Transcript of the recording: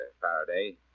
Faraday